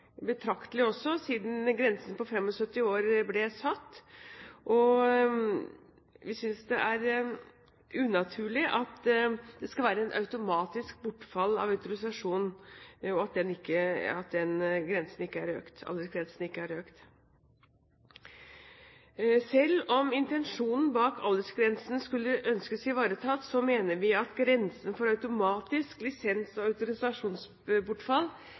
betraktelig bedre siden grensen på 75 år ble satt. Vi synes det er unaturlig at det skal være et automatisk bortfall av autorisasjon, og at aldersgrensen ikke er økt. Selv om intensjonen med aldersgrensen skulle ønskes ivaretatt, mener vi at grensen for automatisk lisens og autorisasjonsbortfall